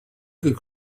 could